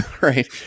right